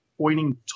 pointing